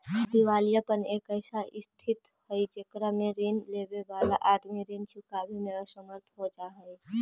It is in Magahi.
दिवालियापन एक ऐसा स्थित हई जेकरा में ऋण लेवे वाला आदमी ऋण चुकावे में असमर्थ हो जा हई